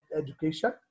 education